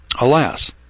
Alas